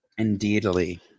Indeedly